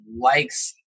likes